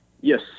Yes